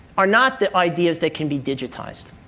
are not the ideas that can be digitized.